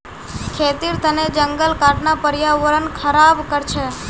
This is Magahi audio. खेतीर तने जंगल काटना पर्यावरण ख़राब कर छे